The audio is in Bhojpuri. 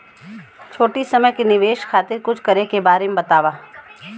छोटी समय के निवेश खातिर कुछ करे के बारे मे बताव?